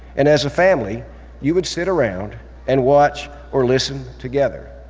and as a family you would sit around and watch or listen together,